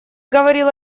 говорил